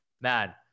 man